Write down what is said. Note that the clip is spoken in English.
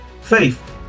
Faith